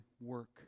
work